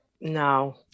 No